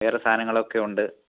വേറെ സാധനങ്ങളൊക്കെ ഉണ്ട്